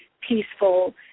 peaceful